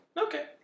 Okay